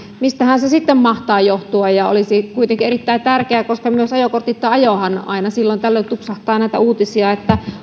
mistähän se sitten mahtaa johtua se olisi kuitenkin erittäin tärkeää koska myös ajokortitta ajoahan on aina silloin tällöin tupsahtaa näitä uutisia että